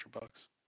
bucks